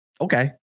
Okay